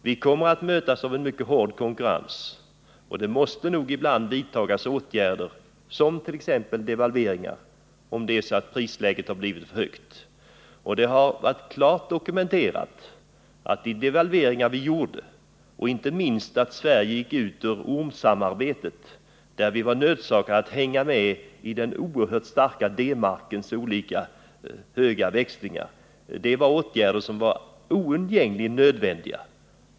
Vi kommer att mötas av en mycket hård konkurrens, och det måste nog ibland vidtas åtgärder, t.ex. devalveringar om prisläget har blivit för högt. Det är klart dokumenterat att de devalveringar vi gjorde och inte minst att Sverige gick ur den s.k. valutaormen, där vi var nödgade att hänga med i den oerhört starka D-markens växlingar, var åtgärder som var oundgängligen nödvändiga.